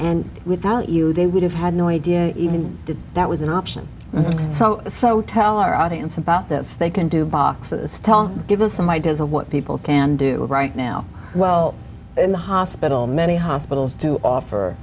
and without you they would have had no idea even that that was an option so so tell our audience about this they can do boxes tell give us some ideas of what people can do right now well in the hospital many hospitals do